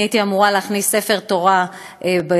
אני הייתי אמורה להכניס ספר תורה בחנוכה,